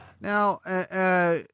Now